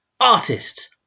artists